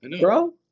bro